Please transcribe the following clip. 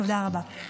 תודה רבה.